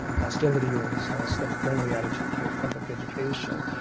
hostility or at least less than friendly attitude towards public education.